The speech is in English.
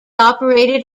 operated